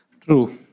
True